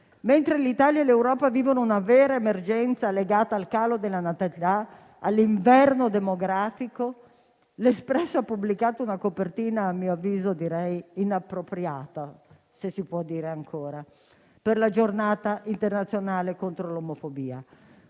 Mentre l'Italia e l'Europa vivono una vera emergenza legata al calo della natalità e all'inverno demografico, "L'Espresso" ha pubblicato una copertina a mio avviso inappropriata, se si può dire ancora, per la Giornata internazionale contro omofobia.